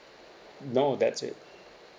no that's it